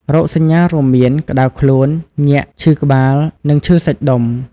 រោគសញ្ញារួមមាន ក្តៅខ្លួន ញាក់ ឈឺក្បាល និងឈឺសាច់ដុំ។